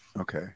Okay